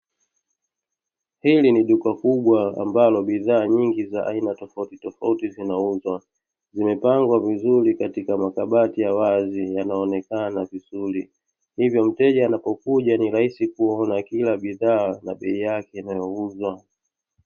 Hili ni duka kubwa ambalo bidhaa nyingi za aina tofautitofauti zinauzwa, zimepangwa vizuri katika makabati ya wazi yanaonekana vizuri. Hivyo mteja anapokuja ni rahisi kuona kila bidhaa na bei yake inayouzwa.